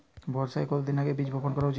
বর্ষার কতদিন আগে বীজ বপন করা উচিৎ?